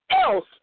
else